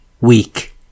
weak